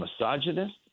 misogynist